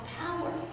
power